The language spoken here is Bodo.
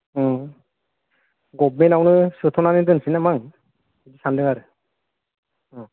ओं गभर्नमेन्टआवनो सोथ'नानै दोनसै नामा आं सानदों आरो अ